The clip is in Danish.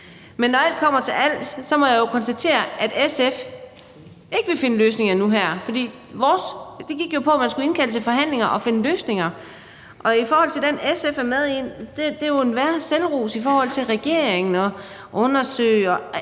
Men når alt kommer til alt, må jeg jo konstatere, at SF ikke vil finde løsninger nu her. Vores tekst gik på, at man skulle indkalde til forhandlinger og finde løsninger. Den vedtagelsestekst, SF er med i, er jo en værre gang selvros i forhold til regeringen, og der er